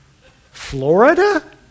Florida